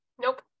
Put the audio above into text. Nope